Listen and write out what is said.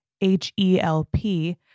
H-E-L-P